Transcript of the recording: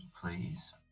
Please